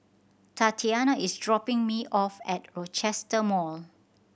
Tatianna is dropping me off at Rochester Mall